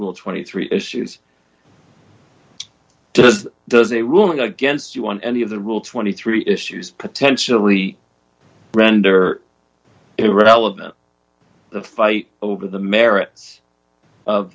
will twenty three issues does does a ruling against you on any of the rule twenty three issues potentially render irrelevant the fight over the merits